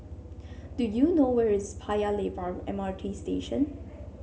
do you know where is Paya Lebar M R T Station